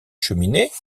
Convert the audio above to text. cheminées